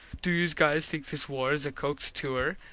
do youse guys think this war is a cooks tour?